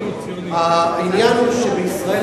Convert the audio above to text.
העניין הוא שבישראל,